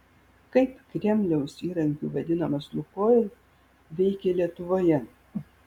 kaip kremliaus įrankiu vadinamas lukoil veikė lietuvoje